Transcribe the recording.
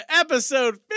episode